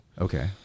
okay